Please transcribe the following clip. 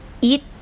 eat